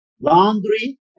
laundry